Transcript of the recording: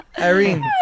Irene